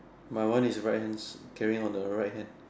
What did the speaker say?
my one is right hand carrying on the right hand